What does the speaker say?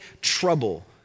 trouble